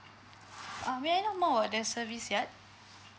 uh may I know more about the service yard